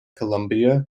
columbia